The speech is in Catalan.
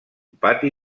pati